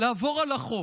לעבור על החוק,